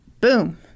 boom